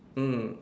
mm